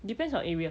depends on area